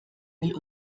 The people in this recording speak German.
will